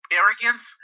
arrogance